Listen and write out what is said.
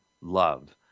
love